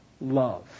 love